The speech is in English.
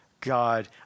God